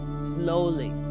slowly